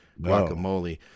guacamole